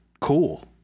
cool